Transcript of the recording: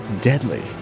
deadly